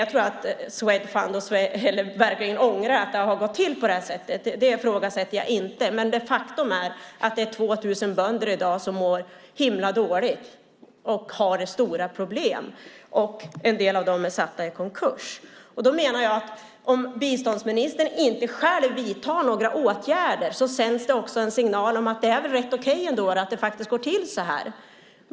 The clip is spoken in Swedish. Jag tror att Swedfund ångrar att det har gått till på det sättet - det ifrågasätter jag inte - men faktum är att det är 2 000 bönder i dag som mår dåligt och har stora problem. En del av dem är försatta i konkurs. Om biståndsministern inte själv vidtar några åtgärder sänds det också en signal om att det väl är okej att det går till så här.